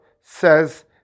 says